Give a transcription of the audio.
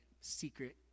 secret